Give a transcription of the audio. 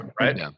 Right